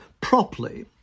properly